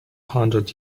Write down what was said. hundred